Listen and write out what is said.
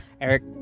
Eric